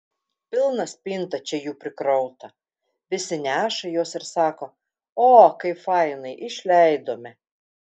pilna spinta čia jų prikrauta visi neša juos ir sako o kaip fainai išleidome